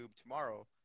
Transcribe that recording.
tomorrow